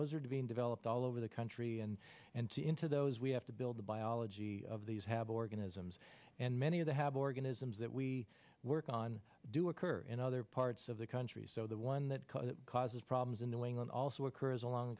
those are being developed all over the country and and to into those we have to build the biology of these have organisms and many of them have organisms that we work on do occur in other parts of the country so the one that causes problems in the wing also occurs along